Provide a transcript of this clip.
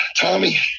Tommy